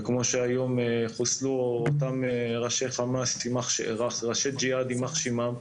וכמו שהיום חוסלו אותם ראשי ג'יהאד, יימח שמם,